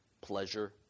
pleasure